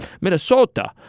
Minnesota